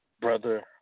brother